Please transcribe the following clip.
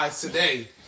today